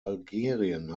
algerien